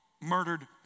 murdered